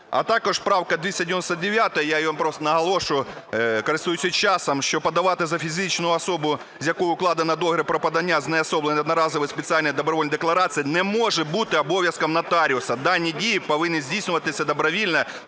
А також правка 299. Я на ній просто наголошую, користуючись часом, що подавати за фізичну особу, з якою укладено договір про подання знеособленої одноразової (спеціальної) добровільної декларації не може бути обов'язком нотаріуса. Дані дії повинні здійснюватись добровільно